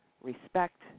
respect